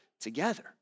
together